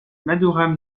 madurai